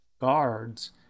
guards